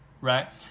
right